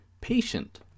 patient